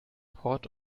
port